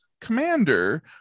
commander